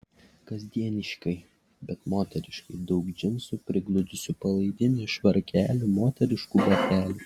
kasdieniškai bet moteriškai daug džinsų prigludusių palaidinių švarkelių moteriškų batelių